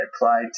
applied